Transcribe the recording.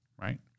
right